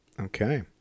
Okay